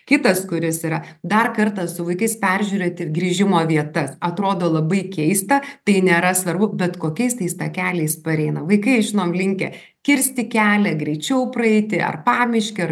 kitas kuris yra dar kartą su vaikais peržiūrėti ir grįžimo vietas atrodo labai keista tai nėra svarbu bet kokiais tais takeliais pareina vaikai žinom linkę kirsti kelią greičiau praeiti ar pamiške ar